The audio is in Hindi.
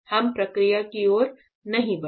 हम प्रक्रिया की ओर नहीं बढ़े